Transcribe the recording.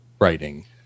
writing